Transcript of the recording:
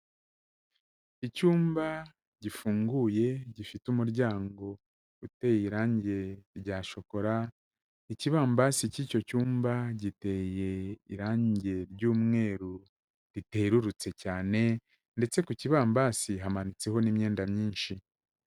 Icyumba gifunguye gifite umuryango uteye irange rya shokora, ikibambasi cy'icyo cyumba giteye irange ry'umweru riterurutse cyane ndetse ku kibambasi hamanitseho n'imyenda myinshi.